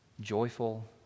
joyful